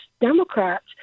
Democrats